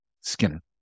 Skinner